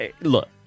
look